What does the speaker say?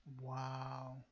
Wow